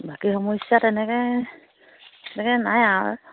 বাকী সমস্যা তেনেকৈ তেনেকৈ নাই আৰু